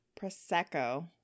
prosecco